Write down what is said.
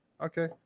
okay